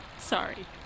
Sorry